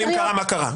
ואם קרה, מה קרה?